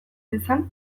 dezan